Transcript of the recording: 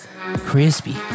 Crispy